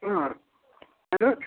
ಹಾಂ ಯಾರು